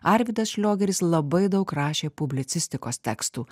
arvydas šliogeris labai daug rašė publicistikos tekstų